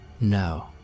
no